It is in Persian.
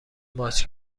ماچ